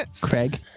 Craig